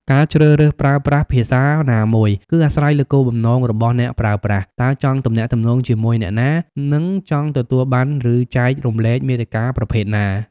ការជ្រើសរើសប្រើប្រាស់ភាសាណាមួយ គឺអាស្រ័យលើគោលបំណងរបស់អ្នកប្រើប្រាស់ តើចង់ទំនាក់ទំនងជាមួយអ្នកណា និងចង់ទទួលបាន ឬចែករំលែកមាតិកាប្រភេទណា។